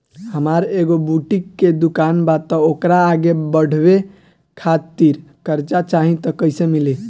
हमार एगो बुटीक के दुकानबा त ओकरा आगे बढ़वे खातिर कर्जा चाहि त कइसे मिली?